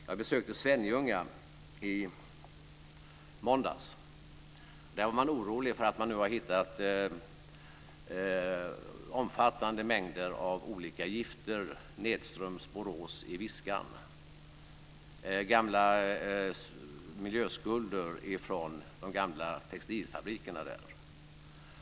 Jag besökte Svenljunga i måndags. Där var man orolig för att man har hittat omfattande mängder av olika gifter nedströms Borås i Viskan. Det är gamla miljöskulder från de gamla textilfabrikerna där.